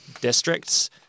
districts